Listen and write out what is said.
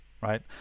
right